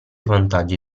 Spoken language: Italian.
vantaggi